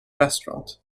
restaurant